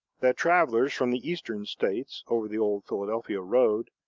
that travelers from the eastern states, over the old philadelphia road,